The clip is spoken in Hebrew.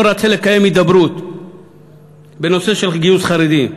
רוצים לקיים הידברות בנושא של גיוס חרדים.